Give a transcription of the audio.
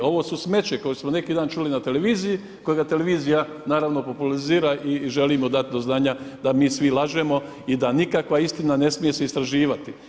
Ovo su smeće koje smo neki dan čuli na televiziji kojega televizija naravno populizira i želi mu dati do znanja da mi svi lažemo i da nikakva istina ne smije se istraživati.